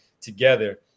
together